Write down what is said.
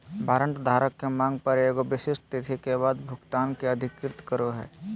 warrant धारक के मांग पर एगो विशिष्ट तिथि के बाद भुगतान के अधिकृत करो हइ